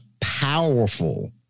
powerful